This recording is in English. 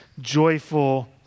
joyful